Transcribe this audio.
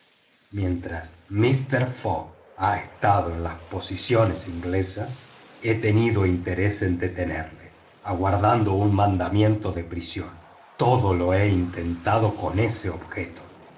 mientras mister fogg ha estado en las posesiones inglesas he tenido interés en detenerlo aguardando un mandamiento de prisión todo lo he intentado con ese objeto